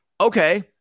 okay